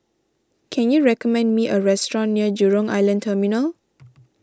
can you recommend me a restaurant near Jurong Island Terminal